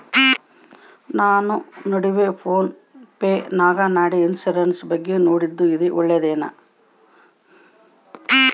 ನಾನು ಈ ನಡುವೆ ಫೋನ್ ಪೇ ನಾಗ ಗಾಡಿ ಇನ್ಸುರೆನ್ಸ್ ಬಗ್ಗೆ ನೋಡಿದ್ದೇ ಇದು ಒಳ್ಳೇದೇನಾ?